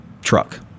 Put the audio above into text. truck